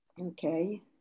Okay